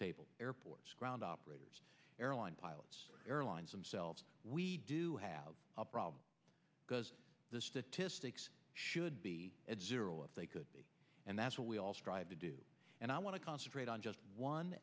table airports ground operators airline pilots airlines themselves we do have a problem because the statistics should be at zero if they could be and that's what we all strive to do and i want to concentrate on just one